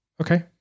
Okay